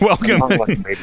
Welcome